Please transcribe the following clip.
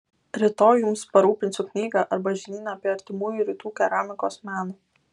rytoj jums parūpinsiu knygą arba žinyną apie artimųjų rytų keramikos meną